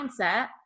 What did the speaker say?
mindset